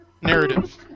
narrative